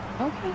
Okay